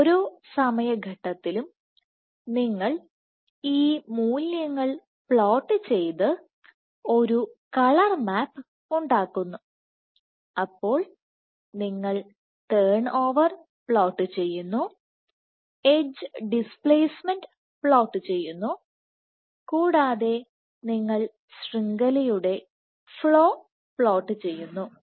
ഓരോ സമയ ഘട്ടത്തിലും നിങ്ങൾ ഈ മൂല്യങ്ങൾ പ്ലോട്ട് ചെയ്ത് ഒരു കളർ മാപ്പ് ഉണ്ടാക്കുന്നു അപ്പോൾ നിങ്ങൾ ടേൺ ഓവർപ്ലോട്ട് ചെയ്യുന്നു എഡ്ജ് ഡിസ്പ്ലേസ്മെന്റ് പ്ലോട്ട് ചെയ്യുന്നു കൂടാതെ നിങ്ങൾ ശൃംഖലയുടെ ഫ്ലോ പ്ലോട്ട് ചെയ്യുന്നു